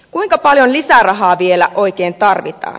kuinka paljon lisärahaa vielä oikein tarvitaan